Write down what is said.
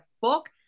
fuck